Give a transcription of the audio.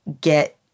get